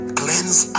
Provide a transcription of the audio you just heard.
cleanse